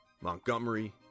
Montgomery